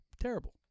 terrible